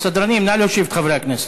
הסדרנים, נא להושיב את חברי הכנסת.